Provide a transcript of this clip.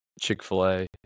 Chick-fil-A